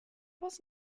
was